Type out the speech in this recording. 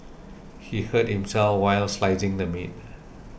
he hurt himself while slicing the meat